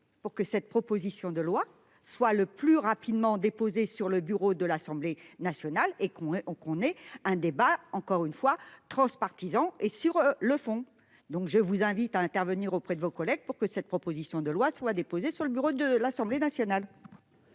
pour que cette proposition de loi soit le plus rapidement déposé sur le bureau de l'Assemblée nationale et qu'on on, qu'on ait un débat encore une fois transpartisan et sur le fond. Donc je vous invite à intervenir auprès de vos collègues pour que cette proposition de loi soit déposé sur le bureau de l'Assemblée nationale.